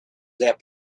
that